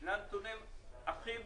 שני הנתונים הכי בסיסיים.